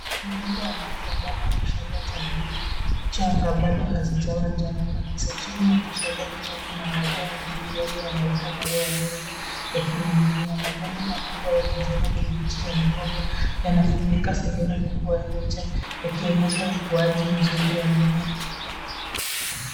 Mgomba wa ndizi ambapo kishada cha ndizi changa bado hazijawa njano kabisa. Chini ya kishada hicho kuna maua ya ndizi yale yanayoitwa moyo wa ndizi ukininginia. Majani makubwa ya kijani kibichi ya mgomba yanafunika sehemu kubwa ya picha yakionyesha ukuaji mzuri wa mimea.